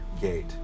gate